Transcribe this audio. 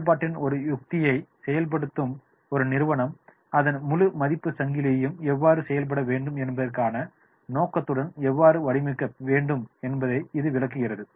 வேறுபாட்டின் ஒரு யுக்தியை செயல்படுத்தும் ஒரு நிறுவனம் அதன் முழு மதிப்புச் சங்கிலியையும் எவ்வாறு செயல்பட வேண்டும் என்பதற்கான நோக்கத்துடன் எவ்வாறு வடிவமைக்க வேண்டும் என்பதை இது விளக்குகிறது